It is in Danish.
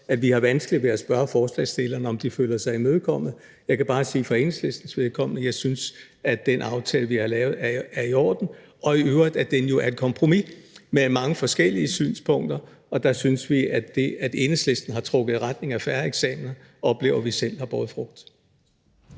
at vi har vanskeligt ved at spørge forslagsstillerne, om de føler sig imødekommet. Jeg kan bare sige for Enhedslistens vedkommende, at vi synes, at den aftale, der er lavet, er i orden, og at den jo i øvrigt er et kompromis mellem mange forskellige synspunkter – og det, at Enhedslisten har trukket i retning af færre eksamener, oplever vi selv har båret frugt.